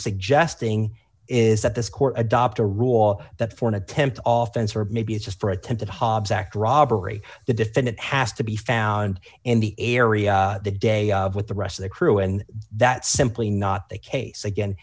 suggesting is that this court adopt a rule that for an attempt officer maybe it's just for attempted hobbs act robbery the defendant has to be found in the area the day with the rest of the crew and that's simply not the case again